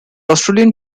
australian